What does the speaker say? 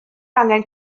angen